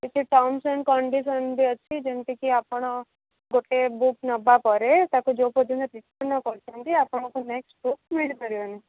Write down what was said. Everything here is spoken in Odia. ଟିକେ ଟର୍ମସ୍ ଆଣ୍ଡ କଣ୍ଡିସନ୍ ବି ଅଛି ଯେମିତିକି ଆପଣ ଗୋଟେ ବୁକ୍ ନେବା ପରେ ତାକୁ ଯେଉଁ ପର୍ଯ୍ୟନ୍ତ ରିଫଣ୍ଡ ନ କରିଛନ୍ତି ଆପଣଙ୍କୁ ନେକ୍ସଟ୍ ବୁକ୍ ମିଳିପାରିବ ନି